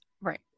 right